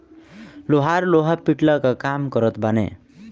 लोहार लोहा पिटला कअ काम करत बाने